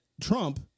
Trump